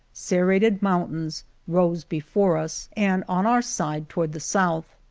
serrated mountains rose before us, and on our side toward the south.